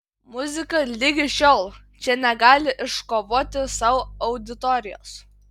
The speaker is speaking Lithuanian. muzika ligi šiol čia negali iškovoti sau auditorijos